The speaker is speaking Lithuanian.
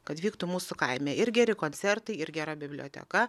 kad vyktų mūsų kaime ir geri koncertai ir gera biblioteka